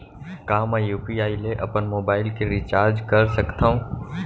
का मैं यू.पी.आई ले अपन मोबाइल के रिचार्ज कर सकथव?